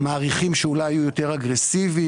מעריכים שאולי יהיו יותר אגרסיביים,